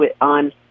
on